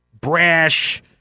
brash